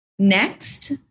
Next